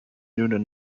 noonan